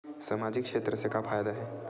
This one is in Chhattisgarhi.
सामजिक क्षेत्र से का फ़ायदा हे?